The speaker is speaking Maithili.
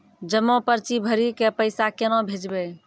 जमा पर्ची भरी के पैसा केना भेजबे?